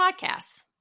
podcasts